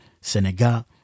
Senegal